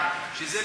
שזה,